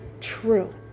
true